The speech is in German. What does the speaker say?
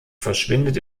verschwindet